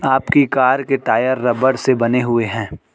आपकी कार के टायर रबड़ से बने हुए हैं